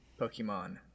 Pokemon